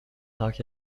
tak